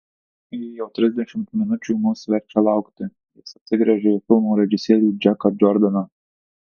ji jau trisdešimt minučių mus verčia laukti jis atsigręžė į filmo režisierių džeką džordaną